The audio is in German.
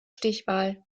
stichwahl